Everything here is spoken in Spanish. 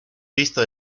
visto